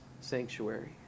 sanctuary